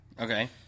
Okay